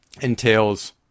entails